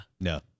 no